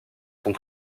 sont